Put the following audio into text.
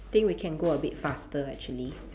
think we can go a bit faster actually